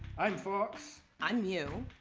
i'm fox. i'm mew.